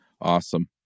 awesome